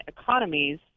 economies